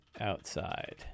outside